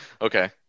Okay